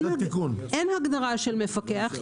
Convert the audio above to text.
אין הגדרה של מפקח,